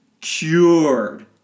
cured